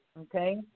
Okay